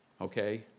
okay